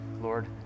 Lord